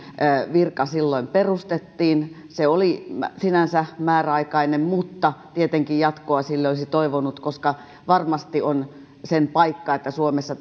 virka perustettiin se oli sinänsä määräaikainen mutta tietenkin jatkoa sille olisi toivonut koska varmasti on sen paikka että suomessa